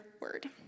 word